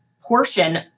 portion